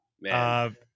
Man